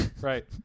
Right